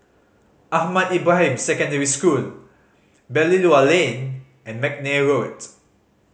Ahmad Ibrahim Secondary School Belilio Lane and McNair Road